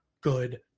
good